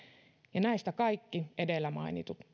ja näistä kaikki edellä mainitut